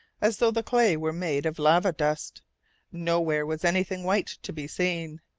as though the clay were made of lava-dust nowhere was anything white to be seen.